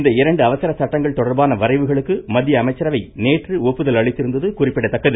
இந்த இரண்டு அவசர சட்டங்கள் தொடர்பான வரைவுகளுக்கு மத்திய அமைச்சரவை நேற்று ஒப்புதல் அளித்திருந்தது குறிப்பிடத்தக்கது